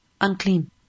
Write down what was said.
unclean